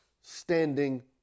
standing